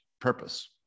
purpose